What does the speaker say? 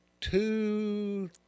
two